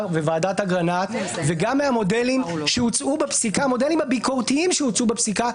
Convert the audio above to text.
וועדת אגרנט וגם מהמודלים הביקורתיים שהוצעו בפסיקה,